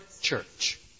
church